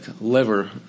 liver